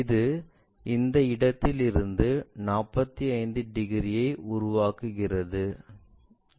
இது இந்த இடத்திலிருந்து 45 டிகிரியை உருவாக்குகிறது